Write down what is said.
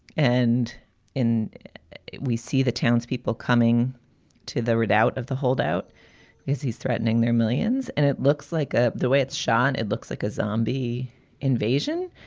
and in it, we see the townspeople coming to the word out of the holdout is he's threatening their millions. and it looks like ah the way it's shot. it looks like a zombie invasion.